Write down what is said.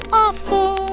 awful